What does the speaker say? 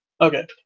Okay